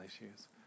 issues